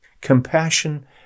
Compassion